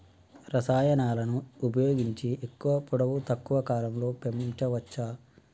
రసాయనాలను ఉపయోగించి ఎక్కువ పొడవు తక్కువ కాలంలో పెంచవచ్చా?